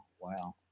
wow